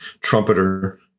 trumpeter